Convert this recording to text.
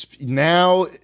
now